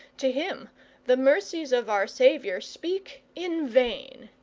to him the mercies of our saviour speak in vain,